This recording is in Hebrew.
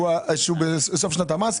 הוא בסוף שנת המס,